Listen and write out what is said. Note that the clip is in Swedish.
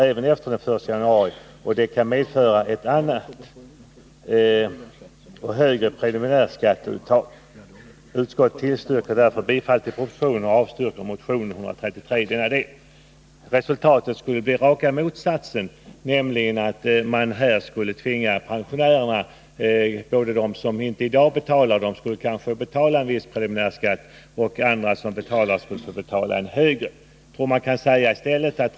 även efter den 1 januari 1981 och detta kan medföra ett annat och högre preliminärskatteuttag. Utskottet tillstyrker därför bifall till propositionen och avstyrker motionen 133 i denna del.” Resultatet av ett bifall till socialdemokraternas reservation skulle bli raka motsatsen till vad Anita Johansson påstår. En del pensionärer som i dag inte betalar preliminärskatt skulle få göra det, och de som redan betalar preliminärskatt skulle få betala en högre.